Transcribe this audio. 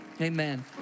Amen